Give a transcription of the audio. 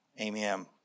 Amen